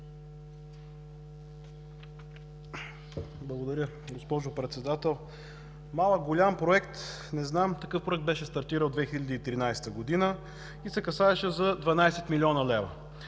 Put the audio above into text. Благодаря, госпожо Председател. Малък/голям проект – не знам, такъв проект беше стартирал през 2013 г. и се касаеше за 12 млн. лв.